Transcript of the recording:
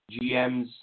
GMs